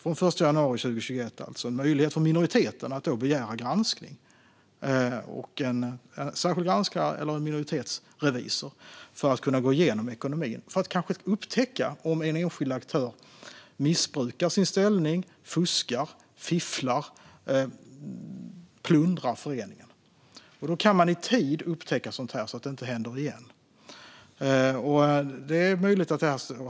Från den 1 januari 2021 har vi gett minoriteten möjlighet att begära granskning av en särskild granskare eller minoritetsrevisor för att gå igenom ekonomin och kanske upptäcka om en enskild aktör missbrukar sin ställning, fuskar, fifflar eller plundrar föreningen. Nu kan man i tid upptäcka sådant här så att det inte händer igen.